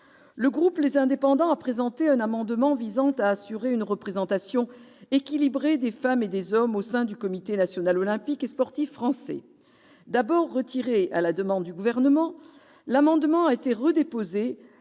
et Territoires a présenté un amendement visant à assurer une représentation équilibrée des femmes et des hommes au sein du Comité national olympique et sportif français. D'abord retiré à la demande du Gouvernement, l'amendement a été déposé